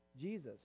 Jesus